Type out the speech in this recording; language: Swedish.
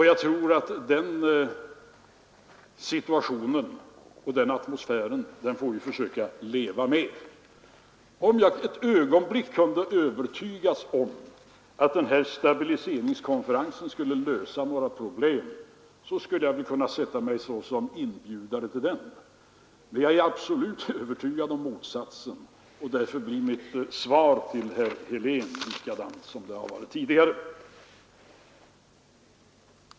Jag tror att vi får försöka leva med den situationen och den atmosfären. Om jag kunde övertygas om att en stabiliseringskonferens skulle lösa några problem, så skulle jag väl kunna inbjuda till en sådan. Men jag är absolut övertygad om motsatsen, och därför blir mitt svar till herr Helén detsamma som det varit tidigare.